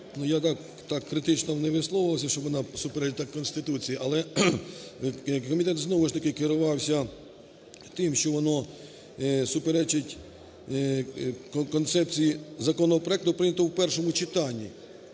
Я так критично не висловлювався, що вона суперечить Конституції, але комітет знову ж таки керувався тим, що воно суперечить концепції… Законопроект прийнято в першому читанні,